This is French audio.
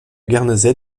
guernesey